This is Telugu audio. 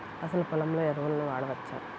అసలు పొలంలో ఎరువులను వాడవచ్చా?